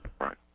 Right